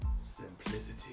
Simplicity